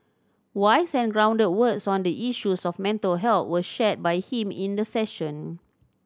wise and grounded words on the issues of mental health were shared by him in the session